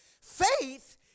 faith